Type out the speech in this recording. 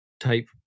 type